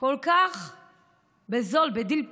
כל כך בזול, בדיל פוליטי,